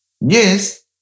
Yes